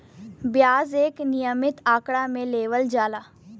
बियाज एक नियमित आंकड़ा मे लेवल जाला